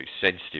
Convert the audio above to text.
sensitive